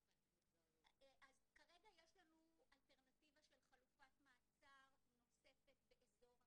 אז כרגע יש לנו אלטרנטיבה של חלופת מעצר נוספת באזור המרכז,